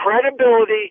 credibility